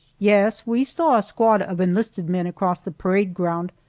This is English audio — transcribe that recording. yes, we saw a squad of enlisted men across the parade ground,